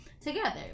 together